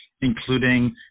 including